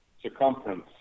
circumference